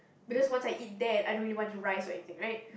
because once I eat that I don't really want rice or anything right